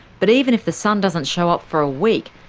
but even if the sun doesn't show up for a week,